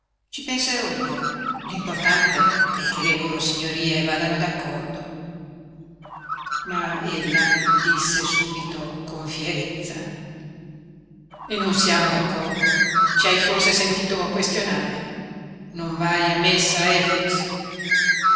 ci penserò io l'importante è che le loro signorie vadano d'accordo ma ella disse subito con fierezza e non siamo d'accordo ci hai forse sentito a questionare non vai a messa efix